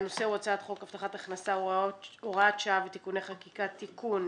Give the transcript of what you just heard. הנושא הוא: הצעת חוק הבטחת הכנסה (הוראת שעה ותיקוני חקיקה) (תיקון),